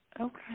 Okay